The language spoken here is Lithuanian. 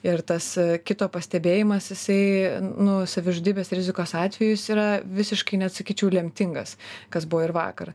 ir tas kito pastebėjimas jisai nu savižudybės rizikos atveju jis yra visiškai net sakyčiau lemtingas kas buvo ir vakar